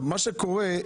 מה שקורה,